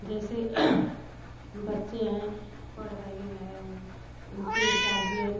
जैसे बच्चे हैं पढ़ नहीं रहे हैं उनके गार्जियन